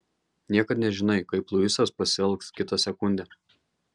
niekad nežinai kaip luisas pasielgs kitą sekundę